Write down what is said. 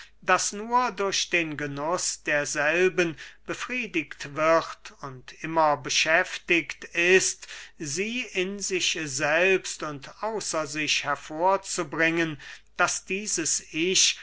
das nur durch den genuß derselben befriedigt wird und immer beschäftigt ist sie in sich selbst und außer sich hervorzubringen daß dieses ich